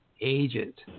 agent